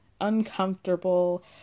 uncomfortable